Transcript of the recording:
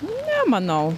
ne manau